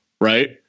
Right